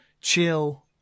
chill